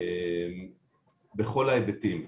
בכל ההיבטים.